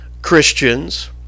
Christians